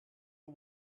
you